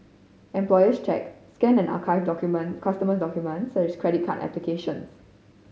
employees check scan and archive document customer documents such as credit card applications